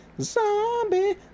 zombie